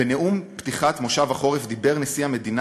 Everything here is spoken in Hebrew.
בנאום פתיחת מושב החורף דיבר נשיא המדינה